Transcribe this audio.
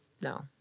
No